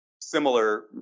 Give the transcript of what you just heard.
Similar